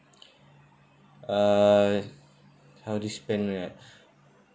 uh how do you spend right